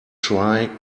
try